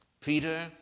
Peter